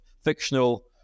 fictional